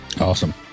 Awesome